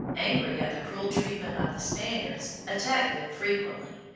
angry at the cruel treatment of the spaniards, attacked them frequently,